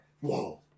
Whoa